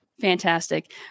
Fantastic